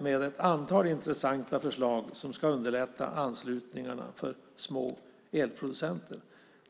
med ett antal intressanta förslag på hur man ska underlätta anslutningarna för små elproducenter.